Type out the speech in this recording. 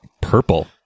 purple